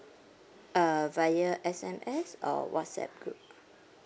uh via S_M_S or whatsapp group